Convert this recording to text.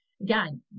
Again